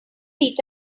eat